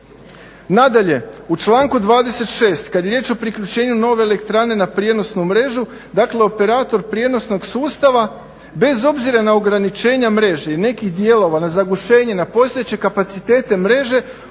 Nadalje, u članku 26. kad je riječ o priključenju nove elektrane na prijenosnu mrežu, dakle operator prijenosnog sustava bez obzira na ograničenja mreže i nekih dijelova, na zagušenje, na postojeće kapacitete mreže